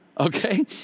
Okay